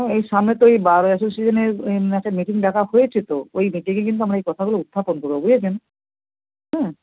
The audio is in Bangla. হুম এই সামনের তো এই বার অ্যাসোসিওনের একটা মিটিং ডাকা হয়েছে তো ওই মিটিংয়ে কিন্তু আমরা এই কথাগুলো উত্থাপন করবো বুঝেছেন হুঁ